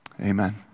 Amen